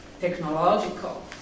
technological